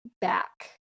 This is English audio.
back